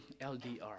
LDR